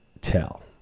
tell